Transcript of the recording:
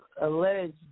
alleged